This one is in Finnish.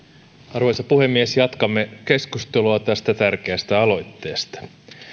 arvoisa puhemies jatkamme keskustelua tästä tärkeästä aloitteesta